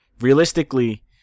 realistically